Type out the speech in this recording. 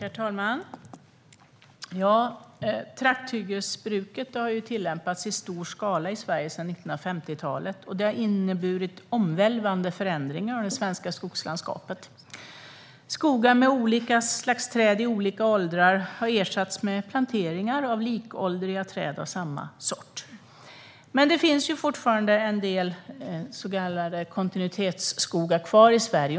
Herr talman! Trakthyggesbruket har tillämpats i stor skala i Sverige sedan 1950-talet, och det har inneburit omvälvande förändringar av det svenska skogslandskapet. Skogar med olika slags träd i olika åldrar har ersatts med planteringar av likåldriga träd av samma sort. Men det finns fortfarande en del så kallade kontinuitetsskogar kvar i Sverige.